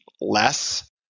less